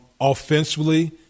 Offensively